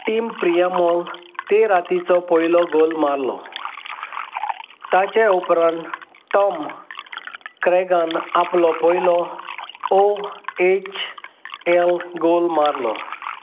team प्रियामोल ते रातीचो पयलो गोल मारलो ताचे उपरांत टॉम क्रॅगान आपलो पयलो ओ एच एल गोल मारलो